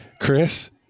Chris